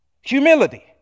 humility